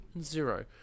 zero